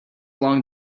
along